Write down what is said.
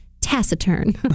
taciturn